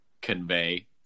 convey